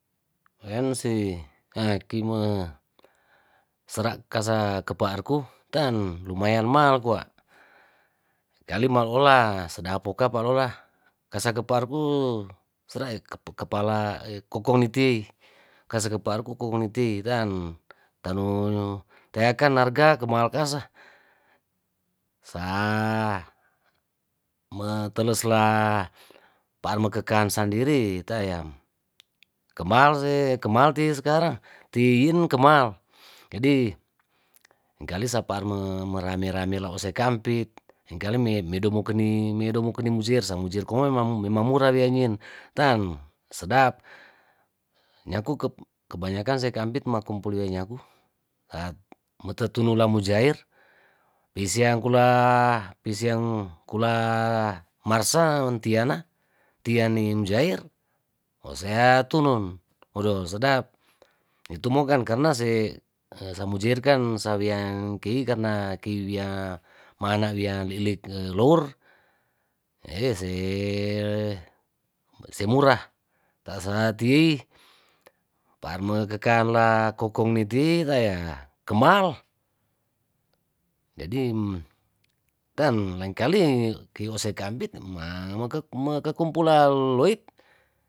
Weanse kime sera' kasa kepaarku tan lumayan mahal kwa kalimaola sedap poka palola kasa kepaarku sera' kepa kepala kokoniti kepaar kokokniti tan kase kepaarku kokogniti tan tano teakan harga kemahal kasa sa meteles la paan mekekaan sandiri tae kemal see kemal te sekarang tiin kemal jadi lengkali sapaar merame rame la ose kampit lengkali medo mukeni medomukeni mujersa mujerko mema memang mura dianin tan sedap niaku kebanyakan sei kampit makumpul lia nyaku metetunula mujair pisiangkula pising pisiangkula marsantiana tiani mujair mosea tunun odoh sedap ni tumokan karna se sa mujair kan sawiangkei karna keiwian manawia lilik lour ehh see semurah tasalah ti'i paarme keean la kokong niti tea kemal jadi ten lengkali kei iosei kampit ma makekumpul laloit.